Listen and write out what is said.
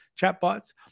chatbots